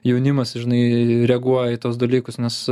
jaunimas žinai reaguoja į tuos dalykus nes